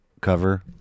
cover